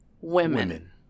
women